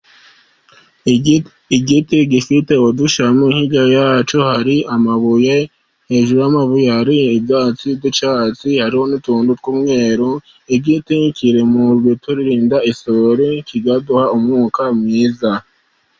Igiti gifite udushami, hirya yacyo hari amabuye, hejuru y'amabuye hari ibyatsi by'icyatsi, hariho n'utuntu tw'umweru. Igiti kiri mu biturinda isuri kikaduha umwuka mwiza.